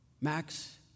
Max